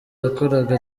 yakoraga